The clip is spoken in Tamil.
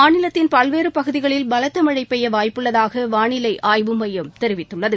மாநிலத்தின் பல்வேறு பகுதிகளில் பலத்த மழை பெய்ய வாய்ப்புள்ளதாக வானிலை ஆய்வு மையம் தெரிவித்துள்ளது